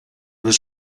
was